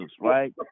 right